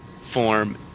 form